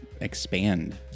expand